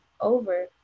over